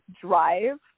drive